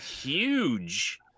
huge